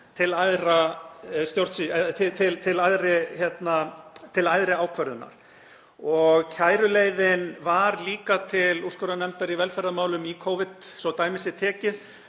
til æðri ákvörðunar. Kæruleiðin var líka til úrskurðarnefndar velferðarmála í Covid, svo dæmi sé tekið.